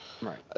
Right